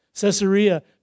Caesarea